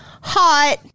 Hot